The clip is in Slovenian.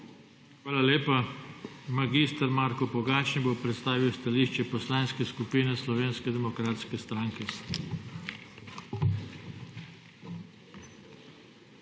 skupin. Mag. Marko Pogačnik bo predstavil stališče Poslanske skupine Slovenske demokratske stranke.